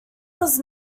was